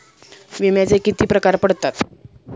विम्याचे किती प्रकार पडतात?